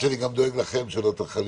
יש הוראה בחוק, ששר שאינו ח"כ,